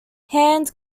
hand